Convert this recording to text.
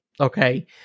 okay